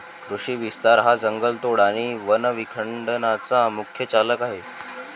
कृषी विस्तार हा जंगलतोड आणि वन विखंडनाचा मुख्य चालक आहे